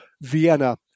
Vienna